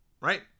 right